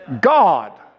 God